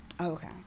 Okay